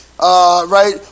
right